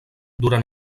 durant